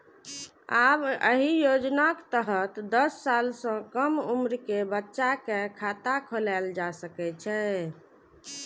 आब एहि योजनाक तहत दस साल सं कम उम्र के बच्चा के खाता खोलाएल जा सकै छै